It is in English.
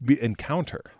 encounter